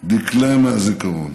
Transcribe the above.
הוא דקלם מהזיכרון.